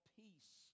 peace